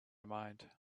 mind